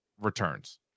Returns